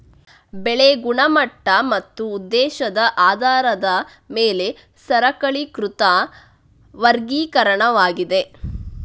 ಬೆಳೆ ಗುಣಮಟ್ಟ ಮತ್ತು ಉದ್ದೇಶದ ಆಧಾರದ ಮೇಲೆ ಸರಳೀಕೃತ ವರ್ಗೀಕರಣವಾಗಿದೆ